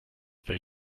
they